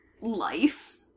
life